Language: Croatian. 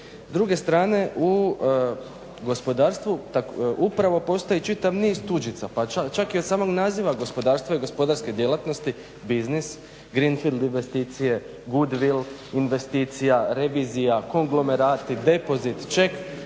S druge strane u gospodarstvu upravo postoji čitav niz tuđica pa čak je i samog naziva gospodarstva i gospodarske djelatnosti biznis, … investicije, good will investicija, revizija, …, depozit, check,